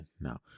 No